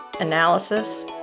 analysis